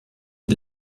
die